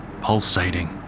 pulsating